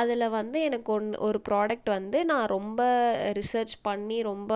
அதில் வந்து எனக்கு ஒன்று ஒரு புராடெக்ட் வந்து நான் ரொம்ப ரிசர்ச் பண்ணி ரொம்ப